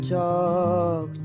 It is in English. talk